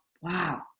wow